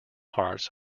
hearts